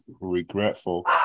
regretful